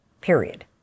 period